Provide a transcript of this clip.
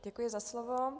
Děkuji za slovo.